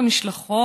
במשלחות,